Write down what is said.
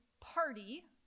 party